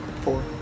Four